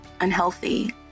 unhealthy